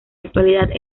actualidad